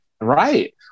Right